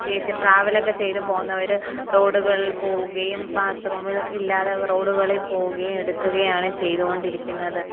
പ്രത്യേകിച്ച് ട്രാവലൊക്കെ ചെയ്തു പോകുന്നവർ റോഡുകളിൽ പോകുകയും ബാത്റൂമിൽ അല്ലാതെ റോഡുകളിൽ പോകുകയും എടുക്കുകയാണ് ചെയ്തു കൊണ്ടിരിക്കുന്നത്